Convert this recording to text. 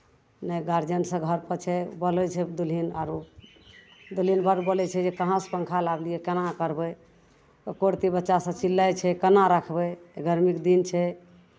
नहि गार्जियनसभ घरपर छै बोलै छै दुलहिन आरो दुलहिन बड़ बोलै छै जे कहाँसँ पङ्खा लावलियै केना करबै एक्को रत्ती बच्चासभ चिल्लाइ छै कोना राखबै तऽ गरमीके दिन छै